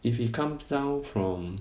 if he comes down from